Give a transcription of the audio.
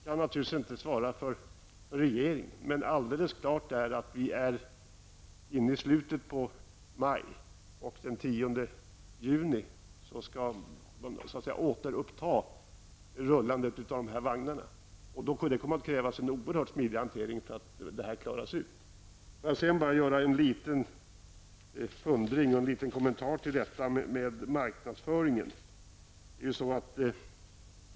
Jag kan inte svara för regeringen men alldeles klart är att vi nu är inne i slutet av maj, och den 10 juni återupptas rullandet av vagnarna. Då kommer det att krävas en oerhört smidig hantering för att klara ut det hela. Slutligen vill jag göra en liten kommentar till detta med marknadsföring.